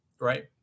Right